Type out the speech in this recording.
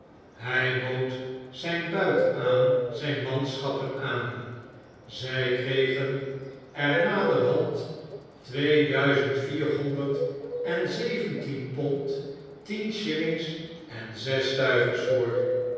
hij bood zijn buit aan zijn manschappen aan zij kregen er naderhand tweeduizend vierhonderd en zeventien pond tien shillings en zes stuivers voor